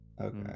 Okay